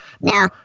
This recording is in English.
Now